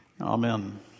Amen